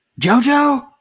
Jojo